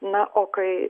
na o kai